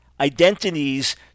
identities